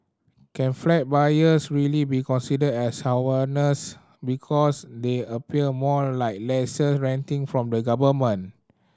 can flat buyers really be considered as homeowners because they appear more like lessee renting from the government